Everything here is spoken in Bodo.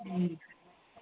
उम